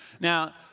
Now